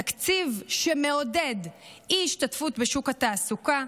תקציב שמעודד אי-השתתפות בשוק התעסוקה,